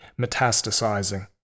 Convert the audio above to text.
metastasizing